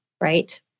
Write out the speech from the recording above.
right